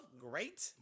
great